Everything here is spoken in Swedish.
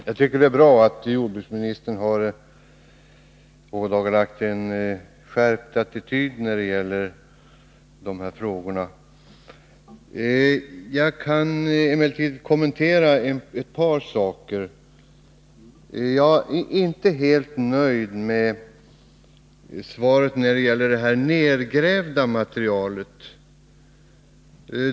Herr talman! Det är bra att jordbruksministern har ådagalagt en skärpt attityd när det gäller dessa frågor. Jag vill emellertid kommentera ett par saker. Jag är inte helt nöjd med svaret när det gäller det nedgrävda materialet.